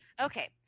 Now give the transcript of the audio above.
Okay